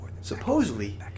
Supposedly